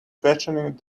questioning